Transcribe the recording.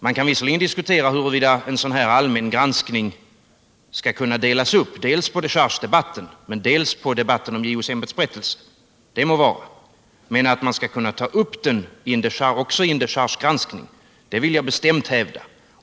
Man kan visserligen diskutera hur den allmänna granskningen skall delas upp dels på dechargedebatten, dels på debatten om JO:s ämbetsberättelse, men jag vill bestämt hävda att man skall kunna ta upp den allmänna granskningen också i en dechargegranskning.